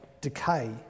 decay